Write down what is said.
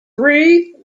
three